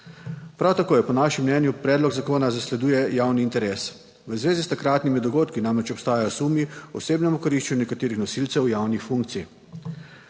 Prav tako je po našem mnenju, predlog zakona zasleduje javni interes. V zvezi s takratnimi dogodki namreč obstajajo sumi o osebnem, o koriščenju nekaterih nosilcev javnih funkcij.